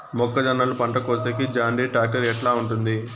మొక్కజొన్నలు పంట కోసేకి జాన్డీర్ టాక్టర్ ఎట్లా ఉంటుంది?